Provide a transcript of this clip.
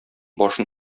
башын